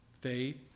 Faith